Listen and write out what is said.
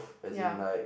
ya